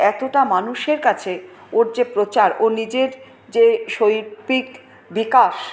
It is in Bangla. এতটা মানুষের কাছে ওর যে প্রচার ওর নিজের যে শৈল্পিক বিকাশ